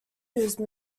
whose